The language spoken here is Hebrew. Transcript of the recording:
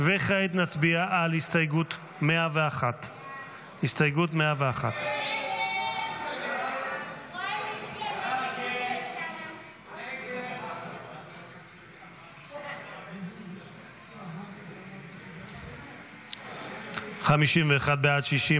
וכעת נצביע על הסתייגות 101. הסתייגות 101 לא נתקבלה.